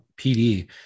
pd